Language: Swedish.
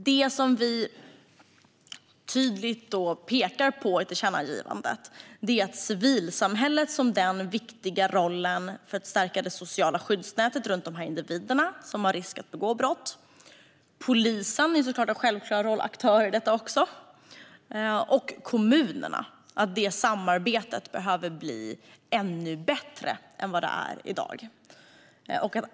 Det vi tydligt pekar på i tillkännagivandet är civilsamhällets viktiga roll för att stärka det sociala skyddsnätet runt de individer som är i riskzonen för att begå brott. Också polisen är såklart en aktör i detta, liksom kommunerna. Det samarbetet behöver bli ännu bättre än det är i dag.